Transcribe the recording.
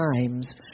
times